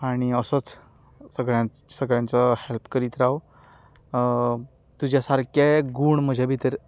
आनी असोच सगळ्यांचो हॅल्प करीत राव तुज्या सारके गूण म्हजे भितर